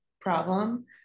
problem